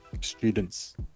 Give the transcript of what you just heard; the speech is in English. students